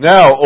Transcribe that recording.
Now